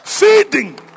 Feeding